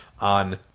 on